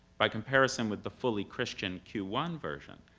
by comparison with the fully christian q one version,